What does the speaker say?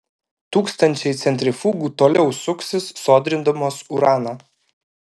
tūkstančiai centrifugų toliau suksis sodrindamos uraną